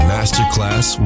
Masterclass